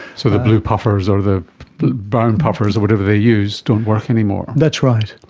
so the blue puffers or the brown puffers or whatever they use don't work anymore. that's right.